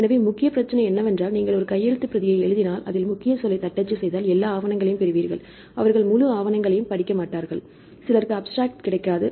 எனவே முக்கிய பிரச்சினை என்னவென்றால் நீங்கள் ஒரு கையெழுத்துப் பிரதியை எழுதினால் அதில் முக்கிய சொல்லைத் தட்டச்சு செய்தால் எல்லா ஆவணங்களையும் பெறுவீர்கள் அவர்கள் முழு ஆவணங்களையும் படிக்க மாட்டார்கள் சிலருக்கு அப்ஸ்ட்ராக்ட் கிடைக்காது